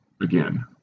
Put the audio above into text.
again